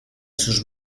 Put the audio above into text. sus